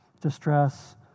distress